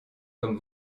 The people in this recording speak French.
comme